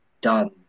done